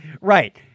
Right